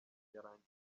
yarangije